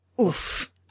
oof